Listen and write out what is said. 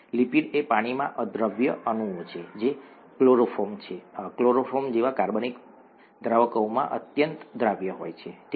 lipid એ પાણીમાં અદ્રાવ્ય અણુઓ છે જે ક્લોરોફોર્મ જેવા કાર્બનિક દ્રાવકોમાં અત્યંત દ્રાવ્ય હોય છે ઠીક છે